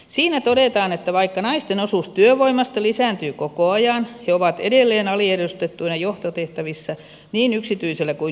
siinä todetaan että vaikka naisten osuus työvoimasta lisääntyy koko ajan he ovat edelleen aliedustettuina johtotehtävissä niin yksityisellä kuin julkisellakin sektorilla